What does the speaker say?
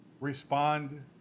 respond